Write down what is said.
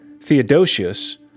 Theodosius